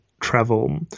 travel